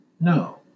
No